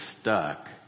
stuck